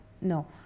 No